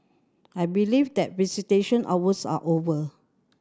I believe that visitation hours are over